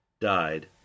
died